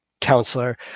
counselor